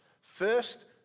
first